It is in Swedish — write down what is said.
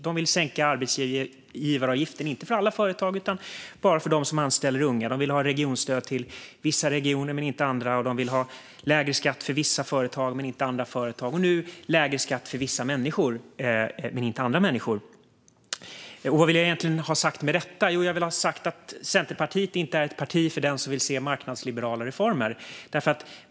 De vill sänka arbetsgivaravgiften, men inte för alla företag utan bara för dem som anställer unga. De vill ha regionstöd till vissa regioner men inte andra. De vill ha lägre skatt för vissa företag men inte andra företag. Nu handlar det om lägre skatt för vissa människor men inte andra människor. Vad vill jag då egentligen ha sagt med detta? Jo, jag vill ha sagt att Centerpartiet inte är ett parti för den som vill se marknadsliberala reformer.